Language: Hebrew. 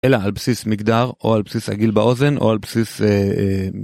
אלא על בסיס מגדר או על בסיס עגיל באוזן או על בסיס.